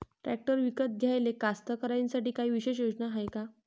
Tractor विकत घ्याले कास्तकाराइसाठी कायी विशेष योजना हाय का?